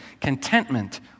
contentment